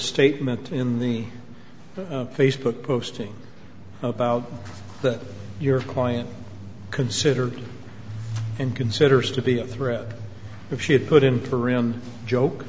statement in the facebook posting about your client consider and considers to be a threat if she had put in for a joke